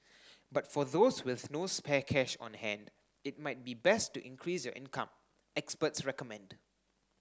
but for those with no spare cash on hand it might be best to increase your income experts recommend